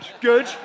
Good